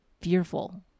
fearful